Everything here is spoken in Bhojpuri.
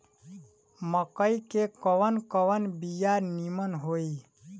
मकई के कवन कवन बिया नीमन होई?